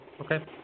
Okay